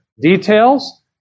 details